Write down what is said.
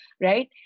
right